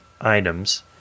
items